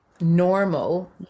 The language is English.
normal